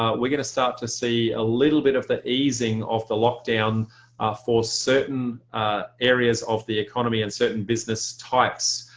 ah we're going to start to see a little bit of the easing of the lockdown for certain areas of the economy and certain business types.